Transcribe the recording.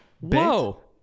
Whoa